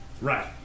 right